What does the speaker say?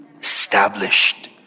established